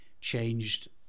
changed